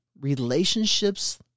Relationships